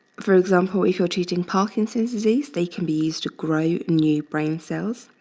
for example, if you're teaching parkinson's disease, they can be used to grow new brain cells.